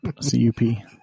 C-U-P